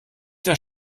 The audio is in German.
der